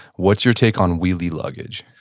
what's your take on wheelie luggage?